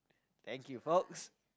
thank you folks